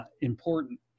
important